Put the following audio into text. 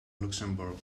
luxembourg